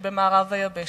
שבמערב היבשת.